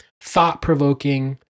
thought-provoking